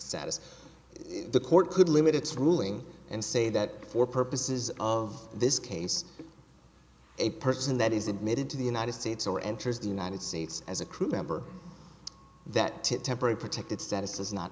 status the court could limit its ruling and say that for purposes of this case a person that is admitted to the united states or enters the united states as a crew member that to temporary protected status does not